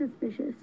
suspicious